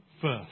first